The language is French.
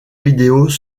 vidéos